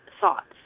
thoughts